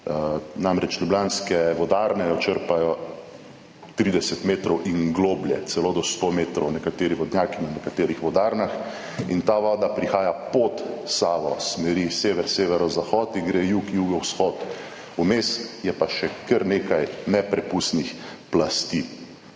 namreč ljubljanske vodarne jo črpajo 30 metrov in globlje, celo do 100 metrov nekateri vodnjaki na nekaterih vodarnah in ta voda prihaja pod Savo s smeri sever, severozahod in gre jug, jugovzhod, vmes je pa še kar nekaj neprepustnih plasti.